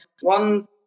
one